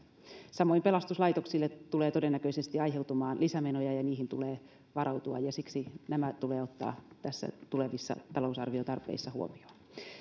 samoin pelastuslaitoksille tulee todennäköisesti aiheutumaan lisämenoja ja niihin tulee varautua ja siksi nämä tulee ottaa tulevissa talousarviotarpeissa huomioon